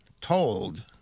told